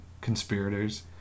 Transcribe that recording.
conspirators